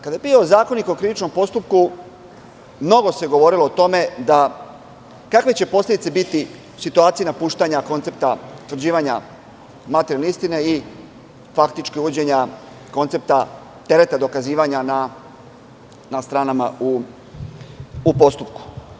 Kada je bio Zakonik o krivičnom postupku mnogo se govorilo o tome kakve će posledice biti u situaciji napuštanja koncepta utvrđivanja materijalne istine i faktički uvođenja koncepta tereta dokazivanja na stranama u postupku.